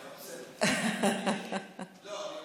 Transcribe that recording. הכול בסדר, אני